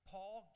Paul